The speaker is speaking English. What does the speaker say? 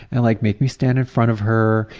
and like make me stand in front of her,